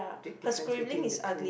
big difference between the two